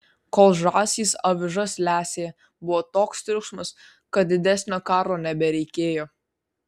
kol žąsys avižas lesė buvo toks triukšmas kad didesnio karo nebereikėjo